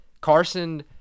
Carson